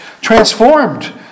transformed